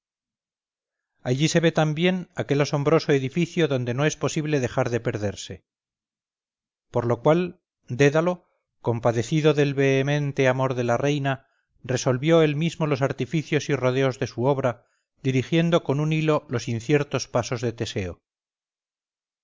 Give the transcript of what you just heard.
allí se ve también aquel asombroso edificio donde no es posible dejar de perderse por lo cual dédalo compadecido del vehemente amor de la reina resolvió él mismo los artificios y rodeos de su obra dirigiendo con un hilo los inciertos pasos de teseo